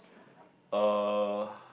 uh